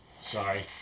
Sorry